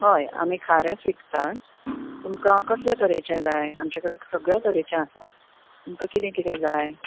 हय आमी खारेंच विकता तुमका कसलें तरेचें जाय आमचे कडेन सगळ्या तरेचें आसा तुमकां कितें कितें जाय